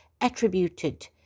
attributed